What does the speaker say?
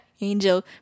angel